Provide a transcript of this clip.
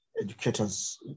educators